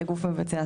לגוף מבצע,